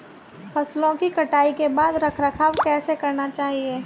फसलों की कटाई के बाद रख रखाव कैसे करना चाहिये?